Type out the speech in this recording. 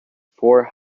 four